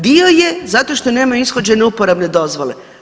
Dio je zato što nema ishođene uporabne dozvole.